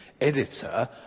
editor